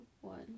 one